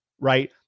right